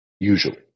usually